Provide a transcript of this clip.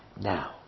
Now